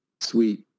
sweet